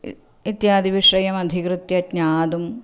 इत्यादिविषयमधिकृत्य ज्ञातुं